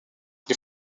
les